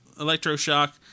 electroshock